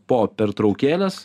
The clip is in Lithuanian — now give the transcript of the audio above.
po pertraukėlės